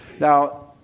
Now